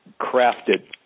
crafted